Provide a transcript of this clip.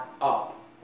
up